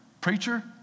preacher